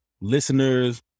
listeners